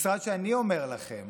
משרד שאני אומר לכם